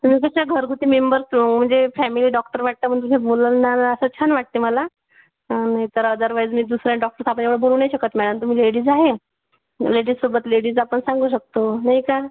तुम्ही कशा घरगुती मेंबर्स म्हणजे फॅमिली डॉक्टर वाटता म्हणून कशा बोललनाला असं छान वाटते मला नाही तर अदरवाईज मी दुसरा डॉक्टरला आपण एवळं बोलू नाही शकत मॅळम तुम्ही लेडीज आहे लेडीजसोबत लेडीज आपण सांगू शकतो नाही का